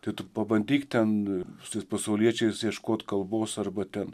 tai tu pabandyk ten su pasauliečiais ieškoti kalbos arba ten